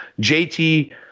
JT